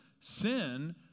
sin